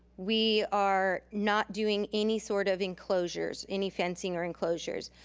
we are not doing any sort of enclosures, any fencing or enclosures.